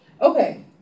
okay